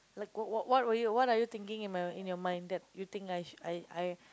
like what what what would you what are you thinking in my in your mind that you think I should I I